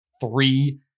three